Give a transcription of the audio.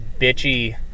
bitchy